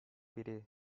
biri